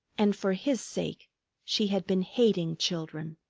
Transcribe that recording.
and for his sake she had been hating children!